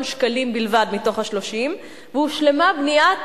שקלים בלבד מתוך ה-30 והושלמה בניית